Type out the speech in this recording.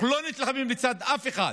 אנחנו לא נלחמים לצד אף אחד,